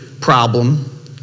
problem